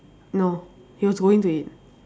no he was going to eat